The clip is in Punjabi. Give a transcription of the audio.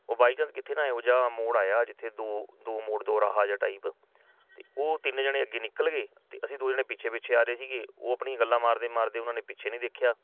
ਉਹ ਵਾਈ ਚਾਂਸ ਕਿੱਥੇ ਨਾ ਇਹੋ ਜਿਹਾ ਮੋੜ ਆਇਆ ਜਿੱਥੇ ਦੋ ਦੋ ਮੋੜ ਦੋਰਾਹਾ ਜਿਹਾ ਟਾਈਪ 'ਤੇ ਉਹ ਤਿੰਨ ਜਣੇ ਅੱਗੇ ਨਿਕਲ ਗਏ ਅਤੇ ਅਸੀਂ ਦੋ ਜਣੇ ਪਿੱਛੇ ਪਿੱਛੇ ਆ ਰਹੇ ਸੀਗੇ ਉਹ ਆਪਣੀਆਂ ਗੱਲਾਂ ਮਾਰਦੇ ਮਾਰਦੇ ਉਹਨਾਂ ਨੇ ਪਿੱਛੇ ਨਹੀਂ ਦੇਖਿਆ